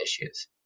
issues